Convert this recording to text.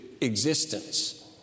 existence